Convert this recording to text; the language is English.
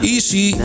Easy